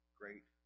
great